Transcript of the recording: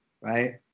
right